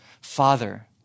Father